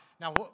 Now